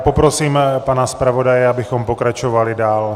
Poprosím pana zpravodaje, abychom pokračovali dál.